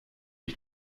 ich